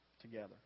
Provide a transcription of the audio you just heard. together